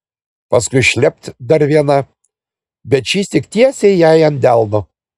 paskui šlept dar viena bet šįsyk tiesiai jai ant delno